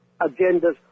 agendas